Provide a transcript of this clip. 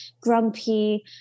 grumpy